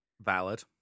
valid